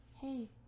hey